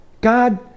God